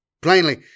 Plainly